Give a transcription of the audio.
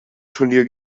turnier